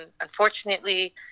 Unfortunately